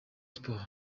sports